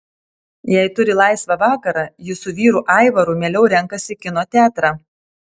jei turi laisvą vakarą ji su vyru aivaru mieliau renkasi kino teatrą